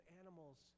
animals